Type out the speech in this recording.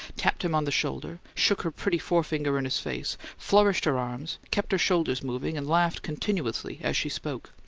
tapped him on the shoulder, shook her pretty forefinger in his face, flourished her arms, kept her shoulders moving, and laughed continuously as she spoke.